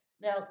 Now